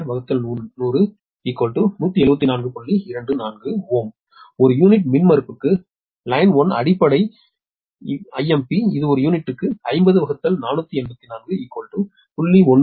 24 ஒரு யூனிட் மின்மறுப்புக்கு வரி 1 அடிப்படை இம்ப் இது ஒரு யூனிட்டுக்கு 50484 0